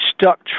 stuck